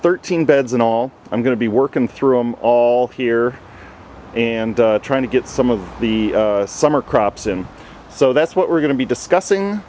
thirteen beds in all i'm going to be working through i'm all here and trying to get some of the summer crops and so that's what we're going to be discussing